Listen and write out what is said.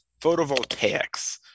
photovoltaics